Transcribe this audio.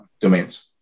domains